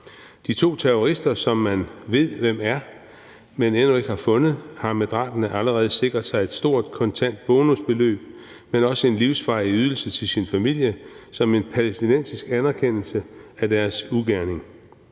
De to terrorister, som man ved hvem er, men endnu ikke har fundet, har med drabene allerede sikret sig et stort kontant bonusbeløb, men også en livsvarig ydelse til deres familie som en palæstinensisk anerkendelse af deres ugerning.